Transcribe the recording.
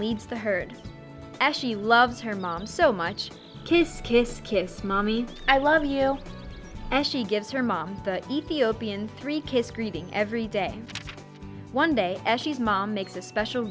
leads the herd as she loves her mom so much kiss kiss kiss mommy i love you and she gives her mom the ethiopian three kids greeting every day one day and she's mom makes a special